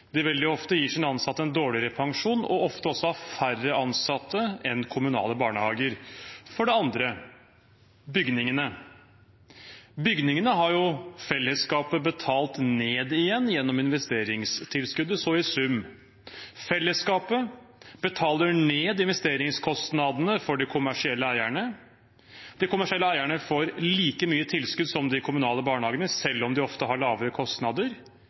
veldig ofte gir sine ansatte en dårligere pensjon og ofte også har færre ansatte enn kommunale barnehager. For det andre er det bygningene. Bygningene har fellesskapet betalt ned igjen gjennom investeringstilskuddet, så i sum: Fellesskapet betaler ned investeringskostnadene for de kommersielle eierne. De kommersielle eierne får like mye tilskudd som de kommunale barnehagene, selv om de ofte har lavere kostnader.